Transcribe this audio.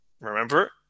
remember